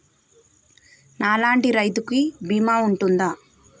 నా లాంటి రైతు కి బీమా ఉంటుందా?